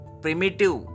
primitive